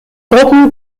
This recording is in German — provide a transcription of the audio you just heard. gruppen